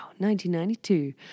1992